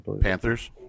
Panthers